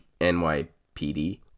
NYPD